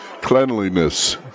cleanliness